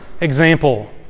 example